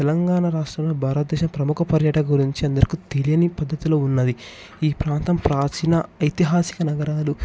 తెలంగాణ రాష్ట్రంలో భారతదేశ ప్రముఖ పర్యటక గురించి అందరికి తెలియని పద్ధతిలో ఉన్నది ఈ ప్రాంతం ప్రాచీన ఇతిహాసిక నగరాలు